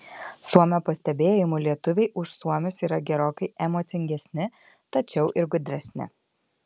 suomio pastebėjimu lietuviai už suomius yra gerokai emocingesni tačiau ir gudresni